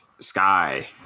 Sky